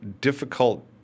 difficult